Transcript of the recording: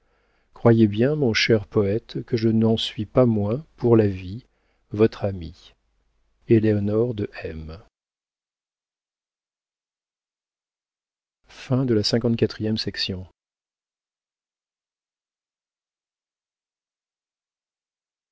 bien mon cher poëte que je n'en suis pas moins pour la vie votre amie éléonore de m